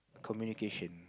communication